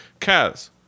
kaz